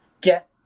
Get